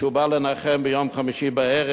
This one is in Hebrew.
כשהוא בא לנחם ביום חמישי בערב